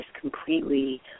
completely